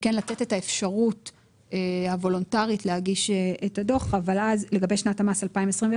לתת את האפשרות הוולונטרית להגיש את הדוחות לגבי שנת 2021,